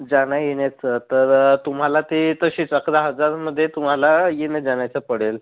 जाणं येण्याचं तर तुम्हाला ते तसेच अकरा हजारमध्ये तुम्हाला येण्या जाण्याचं पडेल